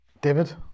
David